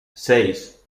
seis